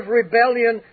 rebellion